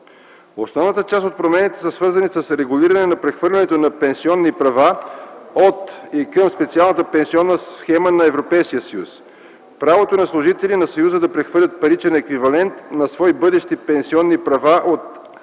Основната част от промените са свързани с регулиране на прехвърлянето на пенсионни права от/към специалната пенсионна схема на Европейския съюз. Правото на служители на Съюза да прехвърлят паричен еквивалент на свои бъдещи пенсионни права от